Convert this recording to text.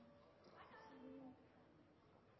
jeg kan